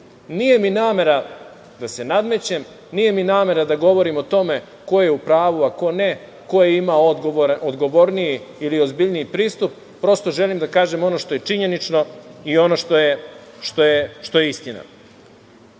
Nije mi namera da se nadmećem, nije mi namera da govorim o tome ko je u pravu, a ko ne, ko je imao odgovorniji ili ozbiljniji pristup, prosto želim da kažem ono što je činjenično i ono što je istina. Šta